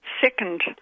second